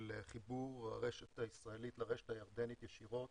חיבור הרשת הישראלית לרשת הירדנית ישירות